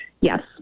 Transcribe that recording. Yes